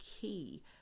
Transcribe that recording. key